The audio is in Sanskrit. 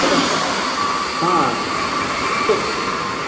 प्रकोष्ठद्वयं हा